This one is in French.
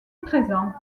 présent